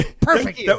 Perfect